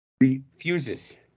Refuses